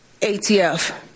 ATF